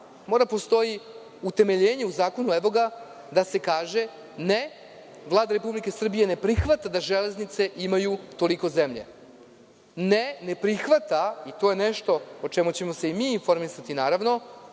da postoji utemeljenje u zakonu i da se kaže – ne, Vlada Republike Srbije ne prihvata da železnice imaju toliko zemlje, ne prihvata, to je nešto o čemu ćemo se mi informisati,